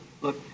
Look